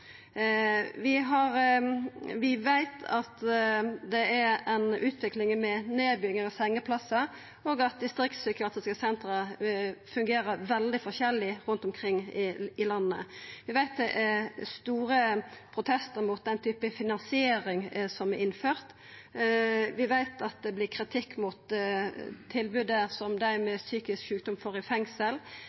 Vi veit at det er ei utvikling med nedbygging av sengeplassar, og at distriktspsykiatriske senter fungerer veldig forskjellig rundt omkring i landet. Vi veit det er store protestar mot den typen finansiering som er innført. Vi veit at det vert kritikk av det tilbodet som dei med psykisk sjukdom får i fengsel.